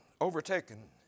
Overtaken